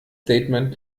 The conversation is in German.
statement